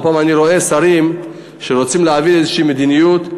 לא פעם אני רואה שרים שרוצים להעביר איזושהי מדיניות,